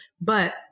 but-